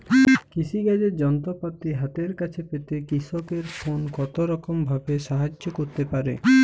কৃষিকাজের যন্ত্রপাতি হাতের কাছে পেতে কৃষকের ফোন কত রকম ভাবে সাহায্য করতে পারে?